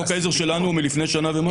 כי חוק העזר שלנו הוא מלפני שנה ומשהו.